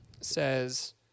says